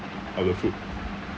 of the food